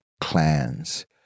clans